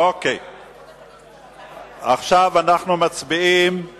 עכשיו אנחנו מצביעים, לי